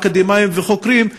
אקדמאים וחוקרים,